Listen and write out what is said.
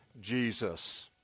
Jesus